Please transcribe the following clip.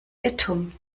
irrtum